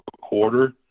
quarter